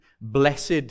blessed